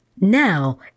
Now